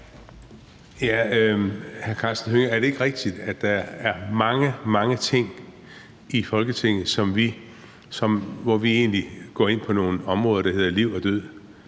Karsten Hønge, at der er mange, mange gange i Folketinget, hvor vi går ind på nogle områder, der handler om liv og død?